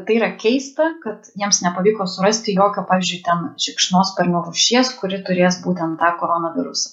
tai yra keista kad jiems nepavyko surasti jokio pavyzdžiui ten šikšnosparnio rūšies kuri turės būtent tą koronavirusą